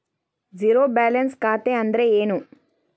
Zero balance ಖಾತೆ ಅಂದ್ರೆ ಏನು?